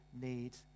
need